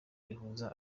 rihuza